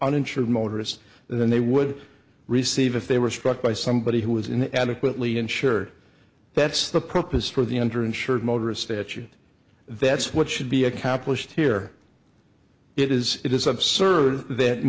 uninsured motorist than they would receive if they were struck by somebody who was in adequately insured that's the purpose for the enter insured motorist statute that's what should be accomplished here it is it is absurd that